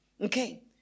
Okay